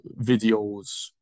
videos